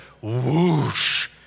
whoosh